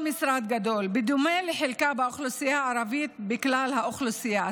בדומה לחלקה באוכלוסייה הערבית בכלל האוכלוסייה.